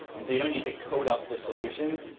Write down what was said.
and so you don't need to code up the solution,